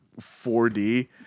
4D